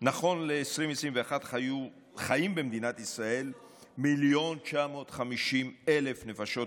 נכון ל-2021 חיים במדינת ישראל מיליון ו-950,000 נפשות,